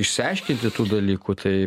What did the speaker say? išsiaiškinti tų dalykų tai